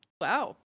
Wow